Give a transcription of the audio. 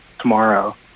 tomorrow